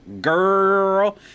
girl